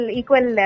equal